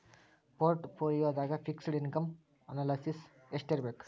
ಪೊರ್ಟ್ ಪೋಲಿಯೊದಾಗ fixed income analysis ಯೆಸ್ಟಿರ್ಬಕ್?